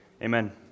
Amen